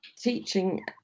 teaching